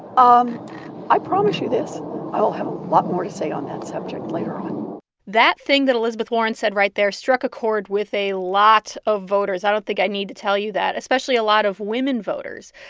um i promise you this i will have a lot more to say on that subject later on that thing that elizabeth warren said right there struck a chord with a lot of voters i don't think i need to tell you that especially a lot of women voters.